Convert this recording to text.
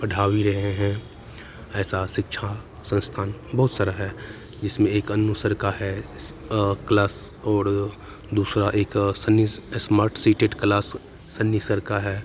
पढ़ा भी रहे हैं ऐसा शिक्षा संस्थान बहुत सारा है जिसमें एक अन्नू सर का है इस क्लास और दूसरा एक Sunny smart CTET class Sunny sir का है